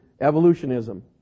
evolutionism